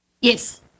Yes